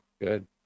good